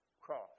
cross